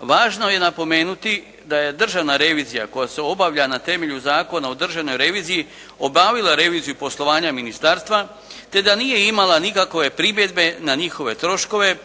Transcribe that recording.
Važno je napomenuti da je Državna revizija koja se obavlja na temelju Zakona o Državnoj reviziji obavila reviziju poslovanja ministarstva te da nije imala nikakove primjedbe na njihove troškove